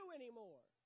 anymore